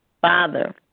father